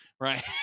Right